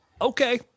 Okay